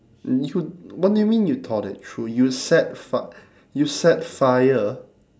you what do you mean you thought it through you set fi~ you set fire